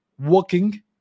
working